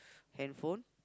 handphone